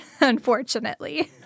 unfortunately